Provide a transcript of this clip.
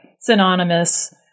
synonymous